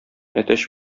әтәч